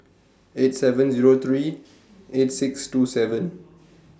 eight seven Zero three eight six two seven